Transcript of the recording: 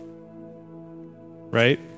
Right